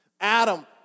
Adam